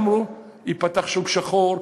אמרו: ייפתח שוק שחור,